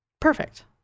perfect